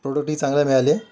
प्रोडक्टही चांगले मिळाले